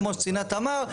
כמו שציינה תמר,